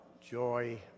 joy